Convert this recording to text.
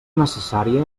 necessària